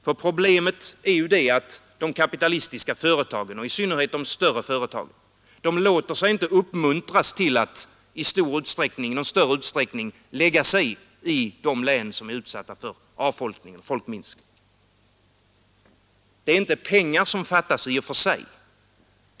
För problemet är ju att de kapitalistiska företagen, i synnerhet de större företagen, inte låter sig uppmuntras till att i någon större utsträckning lägga sig i de län som är utsatta för avfolkning och folkminskning. Det är inte pengar som fattas i och för sig.